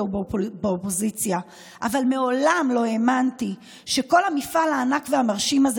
ובאופוזיציה אבל מעולם לא האמנתי שכל המפעל הענק והמרשים הזה